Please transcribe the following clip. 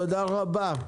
תודה רבה.